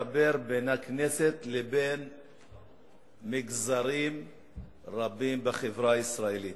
כדי לחבר בין הכנסת לבין מגזרים רבים בחברה הישראלית.